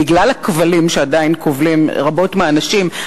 בגלל הכבלים שעדיין כובלים רבות מהנשים,